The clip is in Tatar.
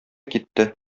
китте